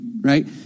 right